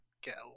get